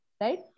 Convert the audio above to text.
Right